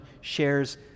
shares